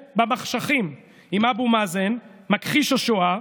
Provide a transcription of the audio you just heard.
עם אבו מאזן, מכחיש השואה,